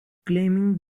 claiming